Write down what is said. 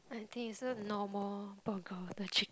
I think it's just a normal